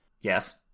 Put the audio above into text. Yes